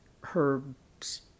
Herb's